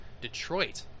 Detroit